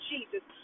Jesus